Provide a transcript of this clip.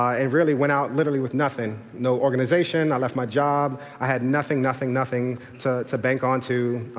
i and really went out literally with nothing. no organization, i left my job, i had nothing, nothing nothing to to bank on to,